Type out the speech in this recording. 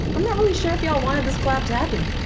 i'm not really sure if y'all wanted this collab to happen.